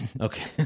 Okay